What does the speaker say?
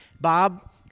Bob